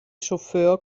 chauffeur